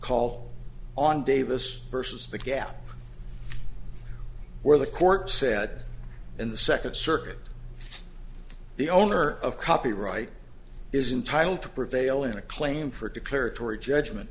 call on davis versus the gap where the court said in the second circuit the owner of copyright is entitle to prevail in a claim for declaratory judgment